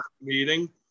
meeting